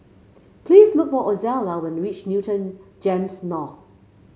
please look for Ozella when you reach Newton Gems North